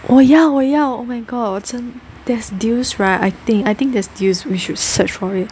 我要我要 oh my god 我真 there's deals right I think I think there's deals we should search for it